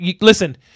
listen